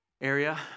area